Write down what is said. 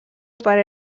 pare